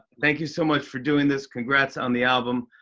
thank you so much for doing this. congrats on the album.